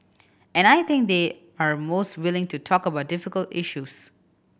and I think they are most willing to talk about difficult issues